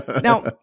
Now